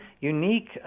unique